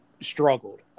struggled